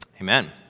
amen